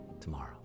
tomorrow